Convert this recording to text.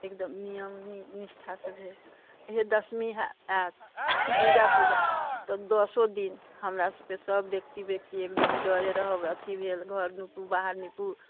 एकदम नियम निष्ठासँ भेल इहै दशमी आइत दुर्गा पूजा तऽ दसो दिन हमरा सभके सभ व्यक्ति व्यक्ति एकदम डरे रहब अथि भेल घर नीपू बाहर नीपू